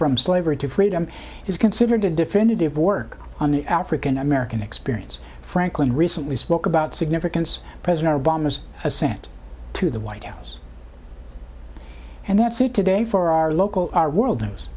from slavery to freedom is considered a definitive work on the african american experience franklin recently spoke about significance president obama's ascent to the white house and that's it today for our local our world news